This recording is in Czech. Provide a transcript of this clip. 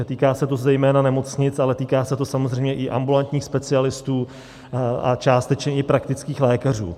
Týká se to zejména nemocnic, ale týká se to samozřejmě i ambulantních specialistů a částečně i praktických lékařů.